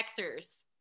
Xers